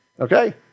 Okay